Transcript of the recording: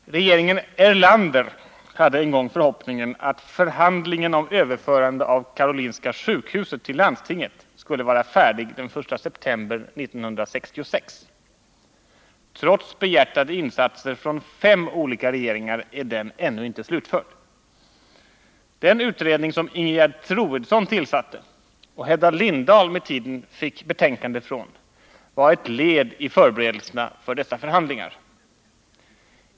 Herr talman! Regeringen Erlander hade en gång förhoppningen att förhandlingen om överförande av Karolinska sjukhuset till landstinget skulle vara färdig den 1 september 1966. Trots behjärtade insatser från fem olika regeringar är den ännu inte slutförd. Den utredning som Ingegerd Troedsson tillsatte och Hedda Lindahl med tiden fick ett betänkande från var ett led i förberedelserna för dessa förhandlingar.